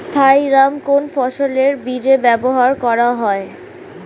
Thiram কোন ফসলের বীজে ব্যবহার করা হয়?